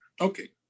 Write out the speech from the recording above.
Okay